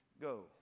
go